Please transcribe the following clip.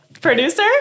Producer